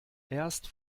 erst